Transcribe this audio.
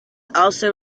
also